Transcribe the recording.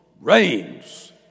reigns